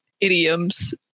idioms